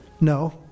No